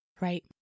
Right